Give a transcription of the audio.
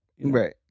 Right